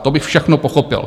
To bych všechno pochopil.